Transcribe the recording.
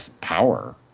power